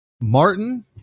Martin